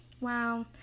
Wow